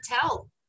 tell